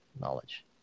knowledge